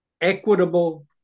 equitable